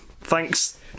Thanks